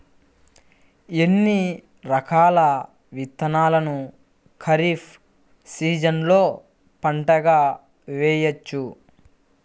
ఎన్ని రకాల విత్తనాలను ఖరీఫ్ సీజన్లో పంటగా వేయచ్చు?